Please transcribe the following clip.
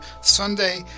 Sunday